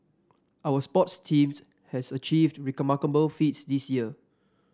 our sports teams has achieved remarkable feats this year